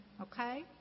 okay